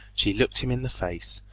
she looked him in the face,